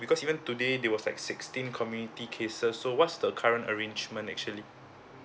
because even today they was like sixteen community cases so what's the current arrangement actually